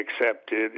accepted